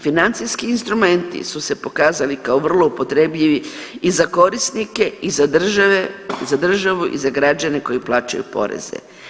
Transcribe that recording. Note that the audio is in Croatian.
Financijski instrumenti su se pokazali kao vrlo upotrebljivi i za korisnike i za države, za državu i za građane koji plaćaju poreze.